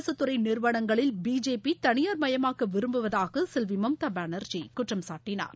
அரசு துறை நிறுவனங்களில் பிஜேபி தனியார் மயமாக்க விரும்புவதாக செல்வி மம்தா பானர்ஜி குற்றம்சாட்டனார்